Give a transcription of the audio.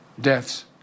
deaths